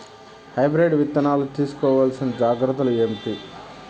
Hybrid విత్తనాలు తీసుకోవాల్సిన జాగ్రత్తలు ఏంటి?